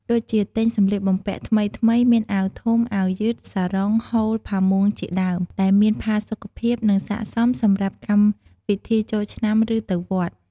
ដូចជាទិញសម្លៀកបំពាក់ថ្មីៗ មានអាវធំ អាវយឺត សារុង ហូល ផាមួងជាដើម ដែលមានផាសុកភាព និងស័ក្តិសមសម្រាប់កម្មវិធីចូលឆ្នាំ ឬទៅវត្ត។